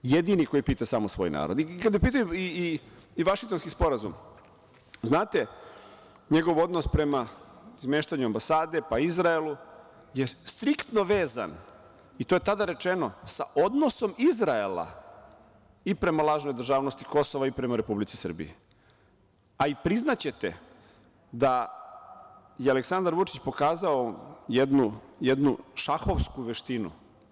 Kada je u pitanju i Vašingtonski sporazum, znate njegov odnos prema izmeštanju ambasade, pa Izraelu je striktno vezan i to je tada rečeno, sa odnosom Izraela i prema lažnoj državnosti Kosova i prema Republici Srbiji, a priznaćete da je Aleksandar Vučić pokazao jednu šahovsku veštinu.